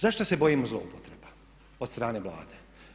Zašto se bojimo zloupotreba od strane Vlade?